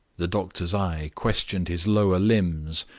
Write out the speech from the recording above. the doctor's eye questioned his lower limbs,